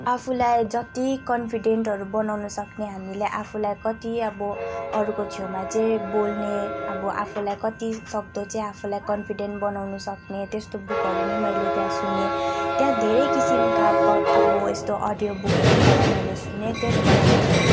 आफूलाई जति कन्फिडेन्टहरू बनाउन सक्ने हामीले आफूलाई कति अब अरूको छेउमा चाहिँ बोल्ने अब आफूलाई कति सक्दो चाहिँ आफूलाई कन्फिडेन्ट बनाउनु सक्ने त्यस्तो बुकहरू नि मैले त्यहाँ सुनेँ त्यहाँ धेरै किसिमका अब यस्तो अडियोबुकहरूबाट मैले सुनेँ त्यसबाट मैले